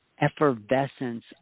effervescence